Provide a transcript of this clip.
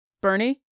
bernie